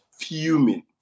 fuming